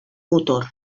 motor